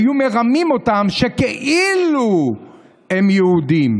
היו מרמים אותם שכאילו הם יהודים,